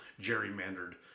gerrymandered